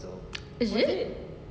is it